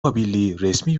resmi